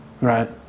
Right